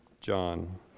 John